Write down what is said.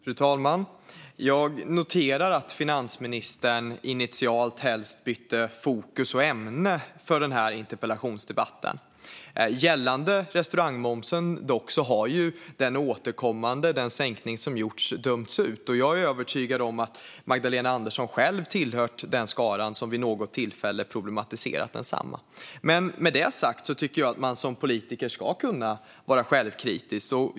Fru talman! Jag noterar att finansministern initialt helt bytte fokus och ämne för interpellationsdebatten. Gällande restaurangmomsen har sänkningen som gjorts dömts ut. Jag är övertygad om att Magdalena Andersson själv har tillhört den skara som vid något tillfälle problematiserat densamma. Med det sagt tycker jag att man som politiker ska kunna vara självkritisk.